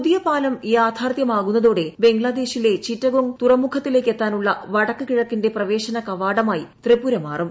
പുതിയ പാലം യാഥാർത്ഥ്യമാകുന്നതോടെ ബംഗ്ലാദേശിലെ ചിറ്റഗോംഗ് തുറമുഖത്തിലേക്കെത്താനുള്ള വടക്ക് കിഴക്കിന്റെ പ്രവേശന കവാടമായി ത്രിപുര മാറും